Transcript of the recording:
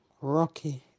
rocky